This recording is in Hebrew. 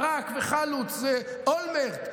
ברק וחלוץ ואולמרט.